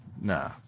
Nah